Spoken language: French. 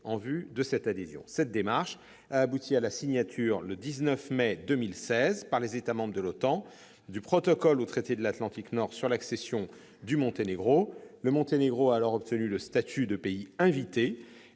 en vue de son adhésion. Cette démarche a abouti, le 19 mai 2016, à la signature par les États membres de l'OTAN du protocole au traité de l'Atlantique Nord sur l'accession du Monténégro. Le Monténégro a alors obtenu le statut de pays invité